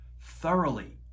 thoroughly